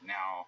Now